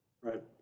right